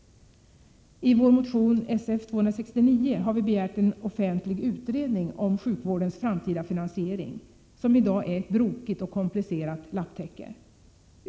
I vår motion Sf269 har vi begärt en offentlig utredning av sjukvårdens framtida finansiering, som i dag är ett brokigt och komplicerat lapptäcke.